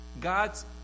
God's